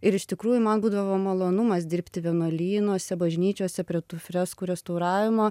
ir iš tikrųjų man būdavo malonumas dirbti vienuolynuose bažnyčiose prie tų freskų restauravimo